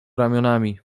ramionami